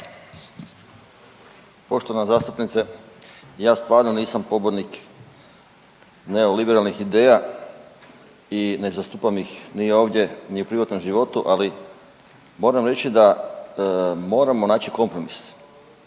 Poštovana zastupnice. Ja stvarno nisam pobornik neoliberalnih ideja i ne zastupam ih ni ovdje ni u privatnom životu, ali moram reći da moramo naći kompromis.